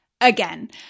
again